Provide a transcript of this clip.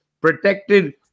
protected